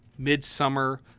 midsummer